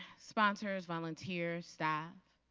sponsors, volunteers, staff.